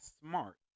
smart